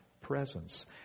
presence